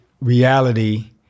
reality